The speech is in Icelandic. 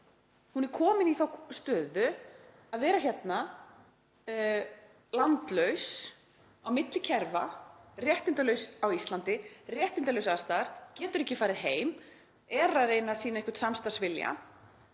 Hún er komin í þá stöðu að vera hérna landlaus á milli kerfa, réttindalaus á Íslandi, réttindalaus alls staðar, getur ekki farið heim, er að reyna að sýna einhvern samstarfsvilja.